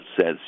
says